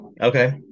Okay